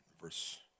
verse